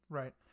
right